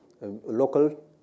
local